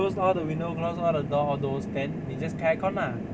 close all the window close all the door all those then 你 just 开 aircon lah